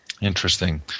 interesting